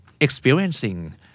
experiencing